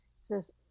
says